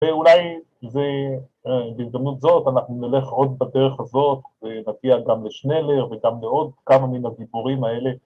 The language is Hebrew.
ואולי בהזדמנות זאת אנחנו נלך עוד בדרך הזאת ונגיע גם לשנלר וגם לעוד כמה מן הגיבורים האלה